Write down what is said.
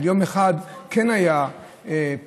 ליום אחד כן היה שמן,